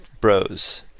bros